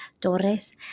Torres